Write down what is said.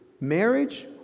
marriage